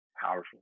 powerful